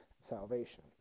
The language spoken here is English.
salvation